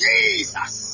Jesus